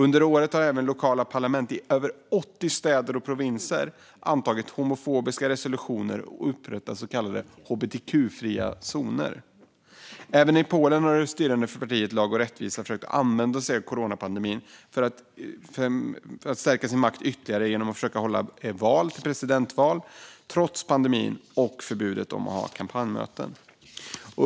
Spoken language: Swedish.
Under året har även lokala parlament i över 80 städer och provinser antagit homofobiska resolutioner och upprättat så kallade hbtq-fria zoner. Även i Polen har det styrande partiet, Lag och rättvisa, försökt att använda sig av coronapandemin för att stärka sin makt ytterligare genom att försöka hålla presidentval, trots pandemin och förbudet mot att hålla kampanjmöten.